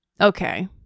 Okay